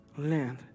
land